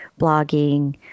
blogging